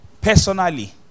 Personally